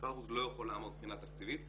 משרד החוץ לא יכול לעמוד מבחינה תקציבית,